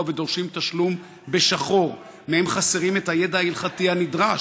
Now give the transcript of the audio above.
ודורשים תשלום ב'שחור'; מהם חסרים את הידע ההלכתי הנדרש